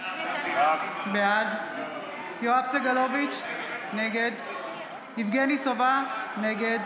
בעד יואב סגלוביץ' נגד יבגני סובה, נגד